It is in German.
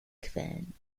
quellen